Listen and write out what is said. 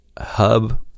hub